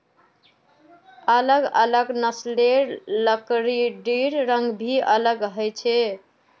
अलग अलग नस्लेर लकड़िर रंग भी अलग ह छे